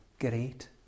Great